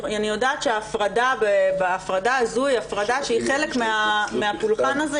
אני יודעת שההפרדה בהפרדה הזו היא הפרדה שהיא חלק מהפולחן הזה,